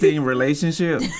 relationship